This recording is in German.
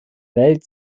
welt